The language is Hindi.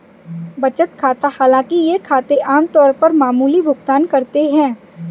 बचत खाता हालांकि ये खाते आम तौर पर मामूली भुगतान करते है